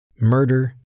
Murder